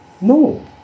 No